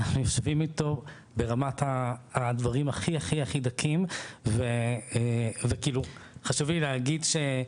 אנחנו יושבים איתו ברמת הדברים הכי הכי דקים וחשוב לי להגיד באמת,